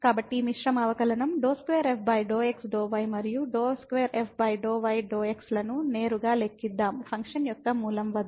కాబట్టి ఈ మిశ్రమ అవకలనం ∂2f∂ x ∂ y మరియు ∂2f∂ y ∂ x లను నేరుగా లెక్కిద్దాం ఫంక్షన్ యొక్క మూలం వద్ద